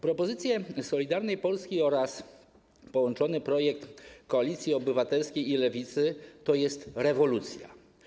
Propozycje Solidarnej Polski oraz połączony projekt Koalicji Obywatelskiej i Lewicy to jest rewolucja.